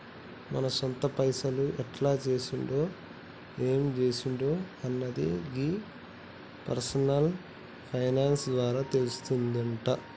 మన సొంత పైసలు ఎట్ల చేసుడు ఎం జేసుడు అన్నది గీ పర్సనల్ ఫైనాన్స్ ద్వారా తెలుస్తుందంటి